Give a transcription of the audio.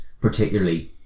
particularly